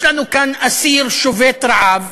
יש לנו כאן אסיר שובת רעב,